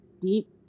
deep